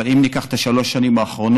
אבל אם ניקח את שלוש השנים האחרונות,